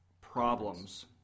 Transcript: problems